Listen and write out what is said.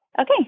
Okay